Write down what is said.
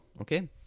okay